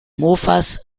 mofas